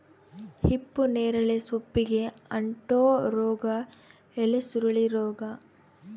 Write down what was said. ಹಿಪ್ಪುನೇರಳೆ ಸೊಪ್ಪಿಗೆ ಅಂಟೋ ರೋಗ ಎಲೆಸುರುಳಿ ರೋಗ